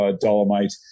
dolomite